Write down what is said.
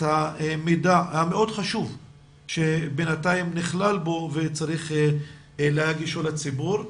המידע המאוד חשוב שבינתיים נכלל בו וצריך להגישו לציבור.